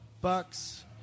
Bucks